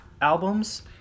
albums